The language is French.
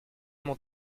mon